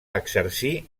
exercir